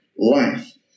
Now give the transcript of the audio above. life